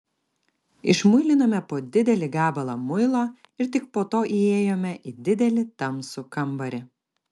išmuilinome po didelį gabalą muilo ir tik po to įėjome į didelį tamsų kambarį